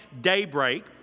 daybreak